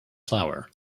flour